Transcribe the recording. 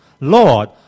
Lord